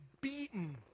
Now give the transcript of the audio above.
beaten